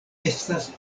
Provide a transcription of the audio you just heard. estas